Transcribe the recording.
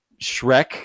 shrek